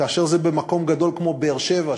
כאשר זה במקום גדול כמו באר-שבע,